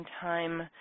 time